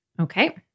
Okay